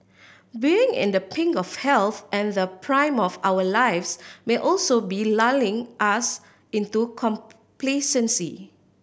being in the pink of health and the prime of our lives may also be lulling us into complacency